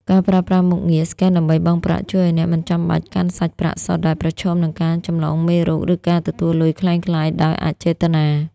ការប្រើប្រាស់មុខងារ ស្កែនដើម្បីបង់ប្រាក់ ជួយឱ្យអ្នកមិនចាំបាច់កាន់សាច់ប្រាក់សុទ្ធដែលប្រឈមនឹងការចម្លងមេរោគ ឬការទទួលលុយក្លែងក្លាយដោយអចេតនា។